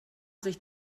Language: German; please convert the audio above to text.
sich